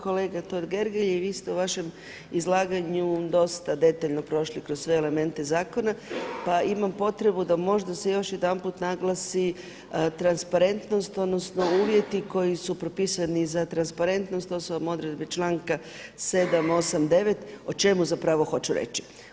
Kolega Totgergeli, vi ste u vašem izlaganju dosta detaljno prošli kroz sve elemente zakona, pa imam potrebu da možda se još jedanput naglasi transparentnost odnosno uvjeti koji su propisani za transparentnost, to su vam odredbe članka 7., 8., 9. O čemu zapravo hoću reći?